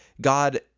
god